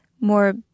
more